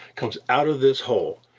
comes out of this hole.